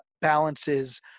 balances